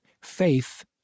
Faith